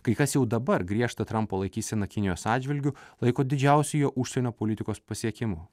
kai kas jau dabar griežtą trumpo laikyseną kinijos atžvilgiu laiko didžiausiu jo užsienio politikos pasiekimu